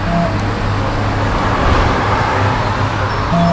एसे मौसम में केतना नमी बाटे इ मालूम चलेला